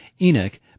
Enoch